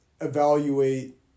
evaluate